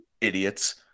idiots –